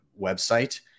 website